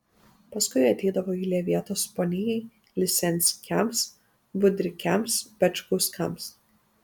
paskui ateidavo eilė vietos ponijai liseckiams budrikiams pečkauskams